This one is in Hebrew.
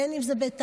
בין אם זה בתעסוקה,